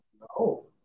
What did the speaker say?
No